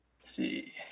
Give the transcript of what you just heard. see